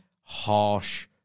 harsh